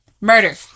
Murder